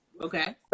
Okay